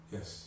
Yes